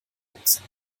nutzen